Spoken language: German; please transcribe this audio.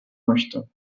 möchte